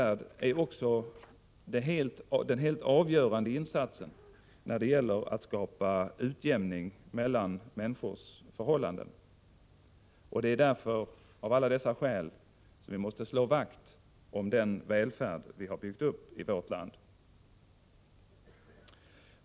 Den spelar en helt avgörande roll när det gäller att skapa utjämning mellan människor. Det är av alla dessa skäl, som vi måste slå vakt om den välfärd vi har byggt upp i vårt land.